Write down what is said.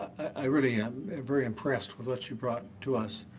i really am very impressed with what you brought to us.